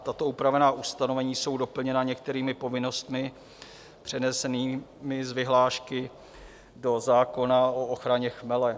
Tato upravená ustanovení jsou doplněna některými povinnostmi přenesenými z vyhlášky do zákona o ochraně chmele.